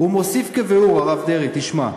הוא מוסיף כביאור הרב דרעי, תשמע: